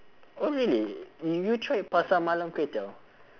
oh really you you tried pasar malam kway teow